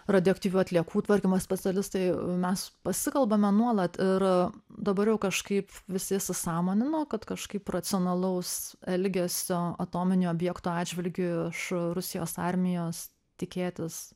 radioaktyvių atliekų tvarkymo specialistai mes pasikalbame nuolat ir dabar jau kažkaip visi su įsisąmonino kad kažkaip racionalaus elgesio atominių objektų atžvilgiu iš rusijos armijos tikėtis